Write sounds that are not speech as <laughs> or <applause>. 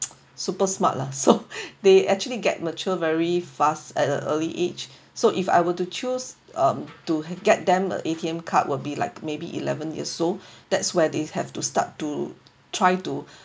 <noise> super smart lah so <laughs> they actually get mature very fast at a early age so if I were to choose um to get them uh A_T_M card will be like maybe eleven years old <breath> that's where they have to start to try to